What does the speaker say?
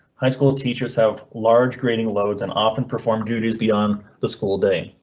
high school teachers have large grading loads and often performed duties beyond the school day.